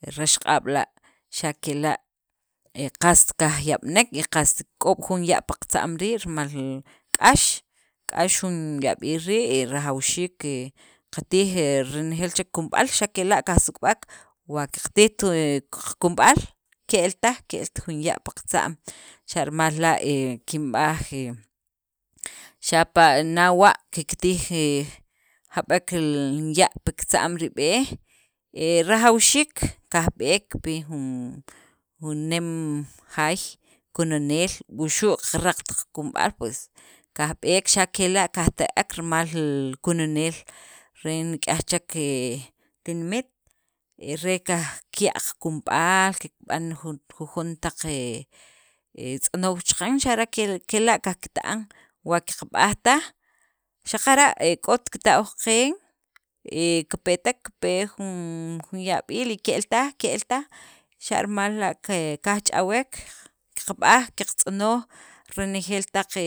He raxq'ab' la', xa' kela' he qast qajyab'nek, y qast kik'ob' jun ya' paqatza'm rii', rimal k'ax, k'ax jun yab'iil rii', he rajawxiik ke qatij he renejeel chek kunub'al, xa' kela' qajsuk'b'ek wa qatijt he qakunb'al, ke'l taj, ke'lt jun qaya' pi qatza'm, xa' rimal la' kinb'aj he, xapa' nawa' kiktij he jab'ek ya' piktza'm rib'e' he rajawxiik kajb'ek pi jun nem jaay kununeel wuxu' qaraqt qakunub'al pues kajb'eek xa' kela' kajta'ek rimal kununeel re jun nik'yaj chek tinimet, re kikya' qakunb'al kikb'an jujon taq he tz'onoow chaqan xa' re ke kela' qajkita'an, wa qaqb'aj taj, xaqara' k'ot kita'w qeen, he kipetek, kipe jun yab'iil y ke'l taj, y ke'l taj xa' rimal la' ke kajch'awek, qaqb'aj, qatz'onoj renejeel taq he